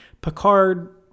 Picard